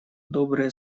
добрые